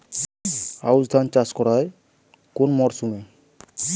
আউশ ধান চাষ করা হয় কোন মরশুমে?